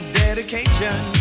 dedication